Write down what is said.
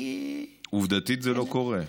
כי, עובדתית זה לא קורה.